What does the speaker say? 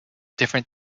different